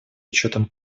учетом